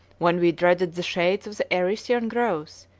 when we dreaded the shades of the arician groves,